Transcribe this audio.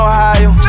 Ohio